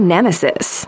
Nemesis